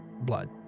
blood